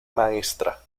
maestra